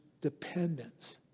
dependence